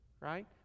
right